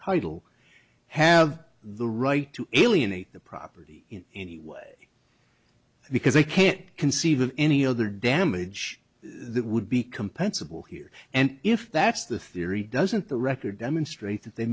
title have the right to alienate the property in any way because they can't conceive of any other damage that would be compensable here and if that's the theory doesn't the record demonstrate that they